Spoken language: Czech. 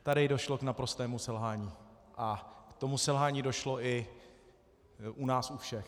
Tady došlo k naprostému selhání, a k tomu selhání došlo i u nás u všech.